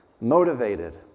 motivated